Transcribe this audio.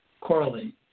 correlate